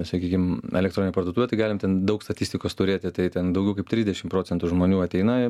sakykim elektroninę parduotuvę tai galim ten daug statistikos turėti tai ten daugiau kaip trisdešimt procentų žmonių ateina